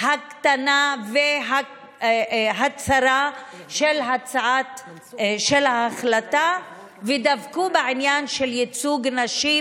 הקטנה והצרה של ההחלטה ודבקו בעניין של ייצוג נשים